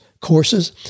courses